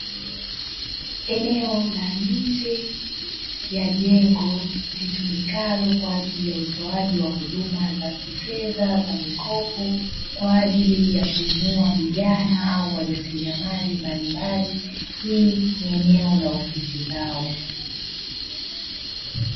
Eneo la nje ya jengo litumikalo kwa ajili ya utoaji wa huduma za kifedha za mikopo, kwa ajili ya kuinua vijana au wajasiriamali mbalimbali. Hii ni eneo la ofisi zao.